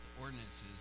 ordinances